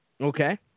Okay